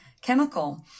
chemical